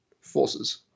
forces